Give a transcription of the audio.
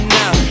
now